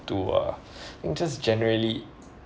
to uh just generally